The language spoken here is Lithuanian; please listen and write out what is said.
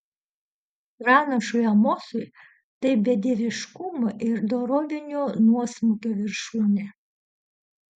pranašui amosui tai bedieviškumo ir dorovinio nuosmukio viršūnė